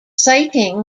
sighting